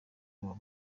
baba